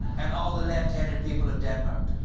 and all the left-handed people of denmark.